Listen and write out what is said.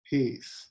Peace